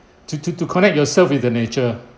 to to to connect yourself with the nature